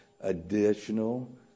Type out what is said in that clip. additional